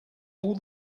all